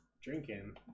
drinking